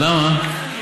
למה?